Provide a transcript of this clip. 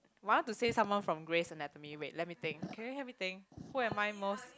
I want to say someone from Grey's Anatomy wait let me think can you help me think who am I most